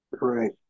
Right